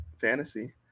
fantasy